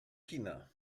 kina